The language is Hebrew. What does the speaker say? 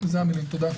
תודה.